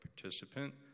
participant